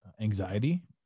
anxiety